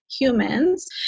humans